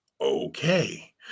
Okay